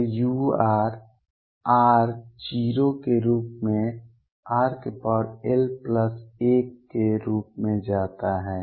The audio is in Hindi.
तो u r → 0 के रूप में rl1 के रूप में जाता है